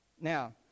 now